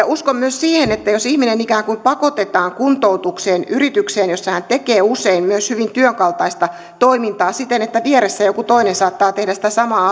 uskon myös siihen että jos ihminen ikään kuin pakotetaan kuntoutukseen yritykseen jossa hän tekee usein myös hyvin työn kaltaista toimintaa siten että vieressä joku toinen saattaa tehdä sitä samaa